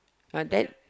uh then